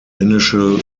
initial